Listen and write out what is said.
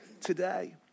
today